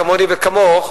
כמוני וכמוך,